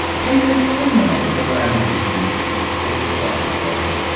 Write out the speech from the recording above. cain let's turn now to the language in which we talk about wine.